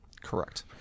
Correct